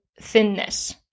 thinness